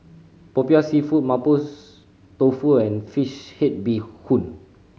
Popiah Seafood Mapo Tofu and fish head bee hoon